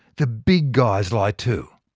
the big guys lie too.